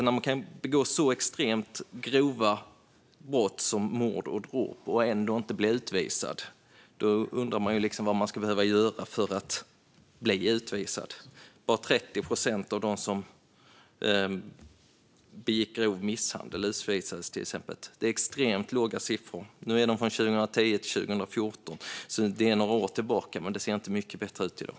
När man kan begå så extremt grova brott som mord och dråp och ändå inte bli utvisad undrar jag vad man ska behöva göra för att bli utvisad. Bara 30 procent av dem som begick grov misshandel utvisades, till exempel. Det är extremt låga siffror. Nu är de från 2010-2014, så de är sedan några år tillbaka, men det ser inte mycket bättre ut i dag.